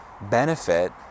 benefit